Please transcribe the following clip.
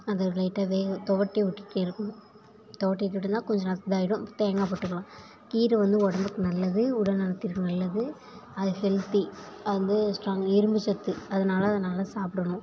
அதை லைட்டாக வேக தொவட்டி விட்டுட்டே இருக்கணும் தொவட்டி விட்டுட்டனா கொஞ்சம் நேரத்தில் இதாயிடும் தேங்காய் போட்டுக்கலாம் கீரை வந்து உடம்புக்கு நல்லது உடல்நலத்திற்கு நல்லது அது ஹெல்தி அது வந்து ஸ்ட்ராங் இரும்புச் சத்து அதனால அதை நல்லா சாப்பிடணும்